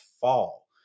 fall